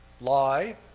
Lie